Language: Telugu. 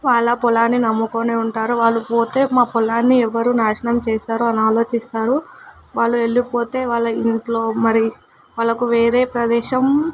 వాళ్ళ పొలాన్ని నమ్ముకుని ఉంటారు వాళ్ళు పోతే మా పొలాన్ని ఎవరు నాశనం చేస్తారో అని ఆలోచిస్తారు వాళ్ళు వెళ్ళిపోతే వాళ్ళ ఇంట్లో మరి వాళ్ళకు వేరే ప్రదేశం